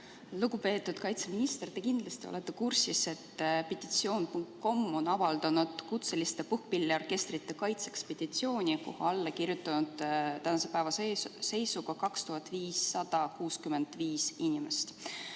Lugupeetud kaitseminister! Te kindlasti olete kursis, et petitsioon.com on avaldanud kutseliste puhkpilliorkestrite kaitseks petitsiooni, kuhu on tänase päeva seisuga alla